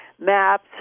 maps